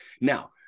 now